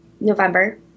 November